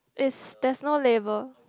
is there's no label